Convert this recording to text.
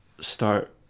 start